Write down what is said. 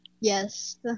Yes